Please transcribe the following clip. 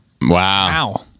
Wow